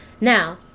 Now